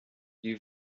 die